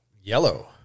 yellow